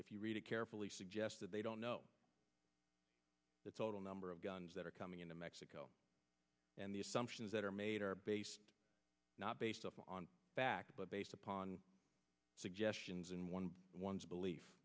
if you read it carefully suggests that they don't know the total number of guns that are coming into mexico and the assumptions that are made are based not based on fact but based upon suggestions and one one's belief